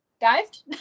dived